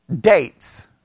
Dates